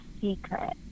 secret